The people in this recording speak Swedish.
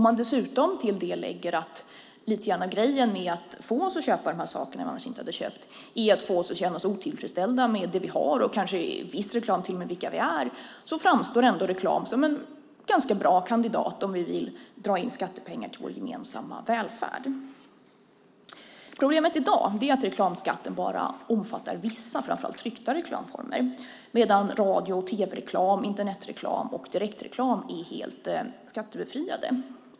Även om man till det lägger att grejen lite grann är att få oss att köpa saker som vi annars inte hade köpt och att dessutom få oss att känna oss otillfredsställda med det vi har och, genom viss reklam, till och med otillfredsställda med vilka vi är, framstår reklam som en ganska bra kandidat om vi vill dra in skattepengar till vår gemensamma välfärd. Problemet i dag är att reklamskatten bara omfattar vissa, framför allt tryckta, reklamformer medan radio och tv-reklam, Internetreklam och direktreklam är helt skattebefriade.